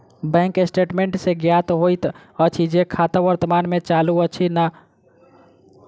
bank statement सॅ ज्ञात होइत अछि जे खाता वर्तमान मे चालू अछि वा नै